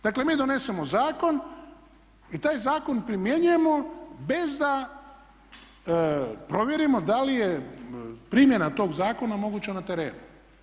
Dakle, mi donesemo zakon i taj zakon primjenjujemo bez da provjerimo da li je primjena tog zakona moguća na terenu.